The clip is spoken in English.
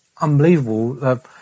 unbelievable